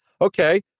Okay